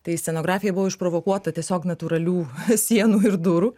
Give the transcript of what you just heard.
tai scenografija buvo išprovokuota tiesiog natūralių sienų ir durų